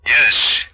Yes